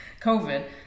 COVID